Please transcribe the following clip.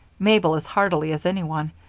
mabel as heartily as anyone,